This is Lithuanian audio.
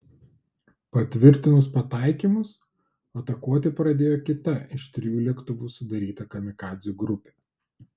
patvirtinus pataikymus atakuoti pradėjo kita iš trijų lėktuvų sudaryta kamikadzių grupė